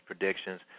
predictions